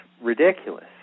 ridiculous